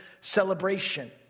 celebration